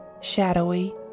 shadowy